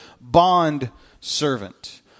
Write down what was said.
bondservant